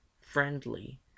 friendly